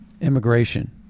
immigration